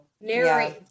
Narrate